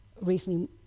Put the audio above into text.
recently